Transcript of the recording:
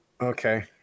Okay